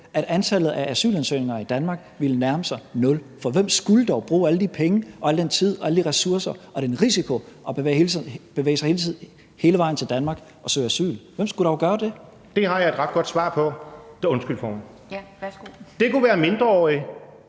at antallet af asylansøgninger i Danmark vil nærme sig nul, for hvem skulle dog bruge alle de penge og al den tid og alle de ressourcer og løbe den risiko at bevæge sig hele vejen til Danmark og søge asyl? Hvem skulle dog gøre det? Kl. 17:45 Morten Messerschmidt (DF): Det har jeg et rigtig godt svar på. Det kunne være mindreårige;